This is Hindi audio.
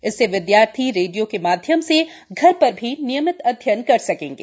इससे विद्यार्थी रेडियो के माध्यम से घर पर भी नियमित अध्ययन कर सकेंगे